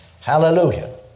Hallelujah